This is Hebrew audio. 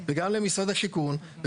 למשרד השיכון,